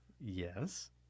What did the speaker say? Yes